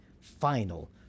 final